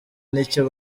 n’icyo